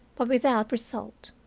but without result.